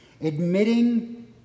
Admitting